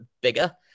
bigger